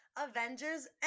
Avengers